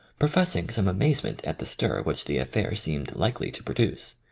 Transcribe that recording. professing some amazement at the stir which the affair seemed likely to produce.